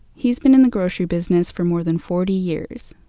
he's been in the grocery business for more than forty years.